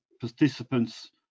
participants